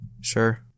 Sure